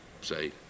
say